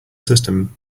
system